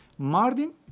Mardin